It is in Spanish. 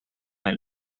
del